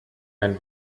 ein